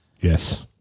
Yes